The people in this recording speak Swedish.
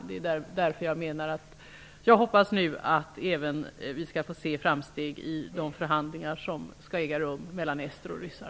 Det är därför jag hoppas att vi även skall få se framsteg i de förhandlingar som skall äga rum mellan ester och ryssar.